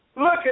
Look